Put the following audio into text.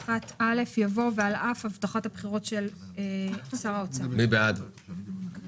שצופים שמחירי הדירות יעלו - שר האוצר בעצמו אומר שיהיה